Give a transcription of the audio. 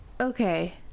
okay